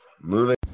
Moving